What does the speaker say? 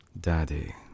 Daddy